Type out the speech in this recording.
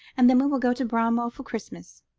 and then we will go to bramwell for christmas.